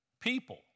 people